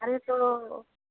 अरे तो